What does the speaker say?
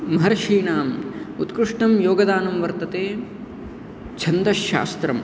महर्षीणाम् उत्कृष्टं योगदानं वर्तते छन्दस्शास्त्रम्